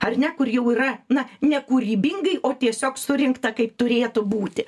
ar ne kur jau yra na nekūrybingai o tiesiog surinkta kaip turėtų būti